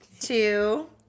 Two